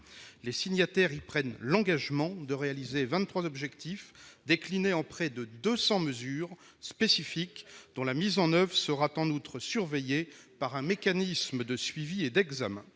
Les signataires y prennent l'engagement de réaliser 23 objectifs, déclinés en près de 200 mesures spécifiques, dont la mise en oeuvre sera, en outre, surveillée par un mécanisme de suivi et d'examen.